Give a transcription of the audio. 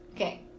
Okay